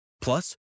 Plus